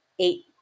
eight